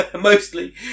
mostly